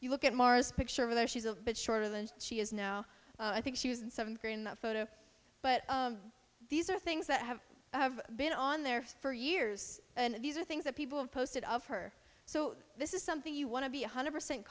you look at mars picture over there she's a bit shorter than she is now i think she was in seventh grade in that photo but these are things that have been on there for years and these are things that people have posted of her so this is something you want to be one hundred percent